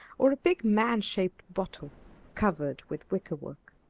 or a big man-shaped bottle covered with wicker-work.